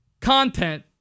content